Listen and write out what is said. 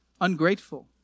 ungrateful